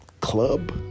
club